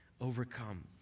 overcome